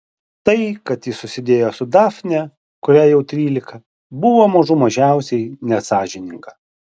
tai kad ji susidėjo su dafne kuriai jau trylika buvo mažų mažiausiai nesąžininga